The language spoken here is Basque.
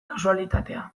kasualitatea